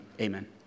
amen